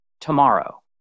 tomorrow